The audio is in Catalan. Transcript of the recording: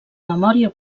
memòria